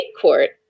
court